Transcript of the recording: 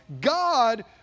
God